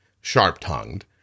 sharp-tongued